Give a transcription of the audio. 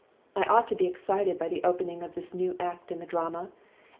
i ought to be excited by the opening of this new act in the drama,